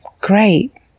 great